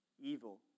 evil